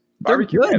Barbecue